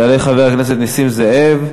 יעלה חבר הכנסת נסים זאב,